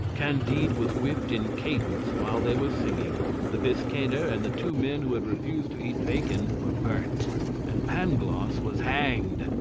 candide was whipped in cadence while they were singing the biscayner, and the two men who had refused to eat bacon, were burnt and pangloss was hanged,